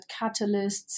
catalysts